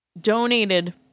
donated